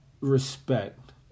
respect